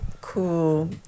cool